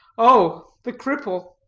oh, the cripple.